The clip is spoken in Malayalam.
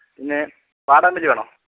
പിന്നെ വാടാമല്ലി വേണോ